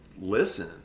listen